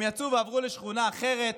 הם יצאו ועברו לשכונה אחרת,